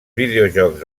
videojocs